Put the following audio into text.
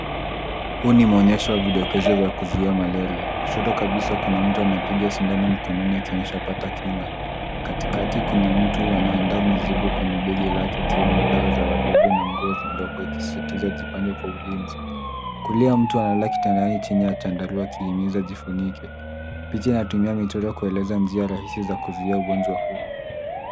Huu ni muonyesho wa vidokezo vya kuzuia maleria. Kushoto kabisa kuna mtu anapiga shindano mkononi akionyesha pata kinga. Katikati kuna mtu anaandaa mizigo kwenye kwa beli lake ikiwemo dawa za wadudu na nguo ndogo ikisisitiza jipange kwa ulinzi. Kulia mtu amelala kitandani chini ya chandarua akihimiza jifunike. Picha inatumia picha kueleza njia rahisi za kuzuia ugonjwa huu.